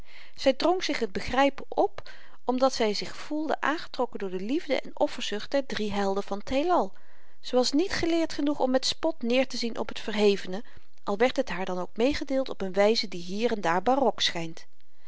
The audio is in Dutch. zy drong zich het begrypen op omdat zy zich voelde aangetrokken door de liefde en offerzucht der drie helden van t heelal ze was niet geleerd genoeg om met spot neêrtezien op t verhevene al werd het haar dan ook meêgedeeld op n wyze die hier en daar barok schynt